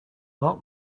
lot